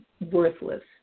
worthless